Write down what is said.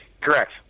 Correct